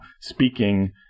speaking